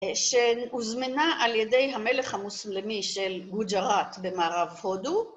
שהוזמנה על ידי המלך המוסלמי של גוג'ראט במערב הודו.